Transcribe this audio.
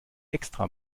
extra